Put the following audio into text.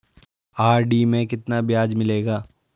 RD में कितना ब्याज मिलेगा?